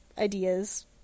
ideas